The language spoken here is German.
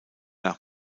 nach